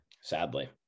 Sadly